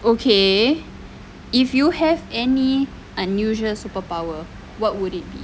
okay if you have any unusual superpower what would it be